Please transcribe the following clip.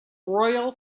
royal